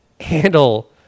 handle